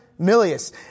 Milius